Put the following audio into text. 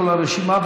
כל הרשימה,